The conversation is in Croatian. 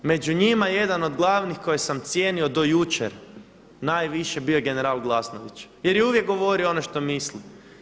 Među njima jedan od glavnih koje sam cijenio do jučer najviše bio je general Glasnović jer je uvijek govorio ono što misli.